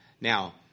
Now